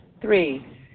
Three